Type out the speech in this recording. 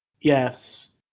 Yes